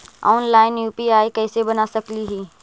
Online UPI कैसे बना सकली ही?